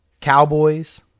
Cowboys